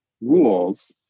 rules